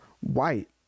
white